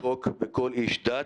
כמו שאמר ראש המועצה,